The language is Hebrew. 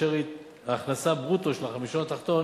כאשר ההכנסה ברוטו של החמישון התחתון